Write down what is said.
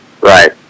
Right